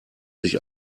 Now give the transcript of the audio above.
sich